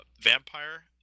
Vampire